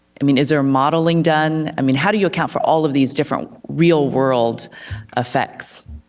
i mean is there modeling done, i mean how do you account for all of these different real world effects?